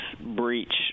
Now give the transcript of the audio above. breach